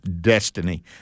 destiny